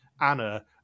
Anna